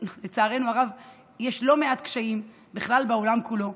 לצערנו הרב, יש לא מעט קשיים, ובכלל בעולם כולו.